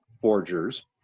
forgers